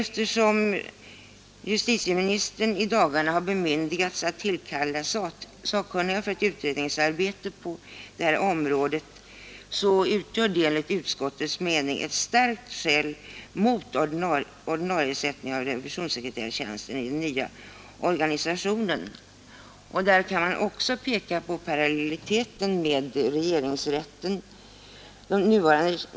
Att justitieministern i dagarna har bemyndigats att tillkalla sakkunniga för ett utredningsarbete på detta område utgör enligt utskottets mening ett starkt skäl mot ordinariesättning av revisionssekreterartjänsten i den nya organisationen. Även där kan man peka på parallelliteten med regeringsrätten.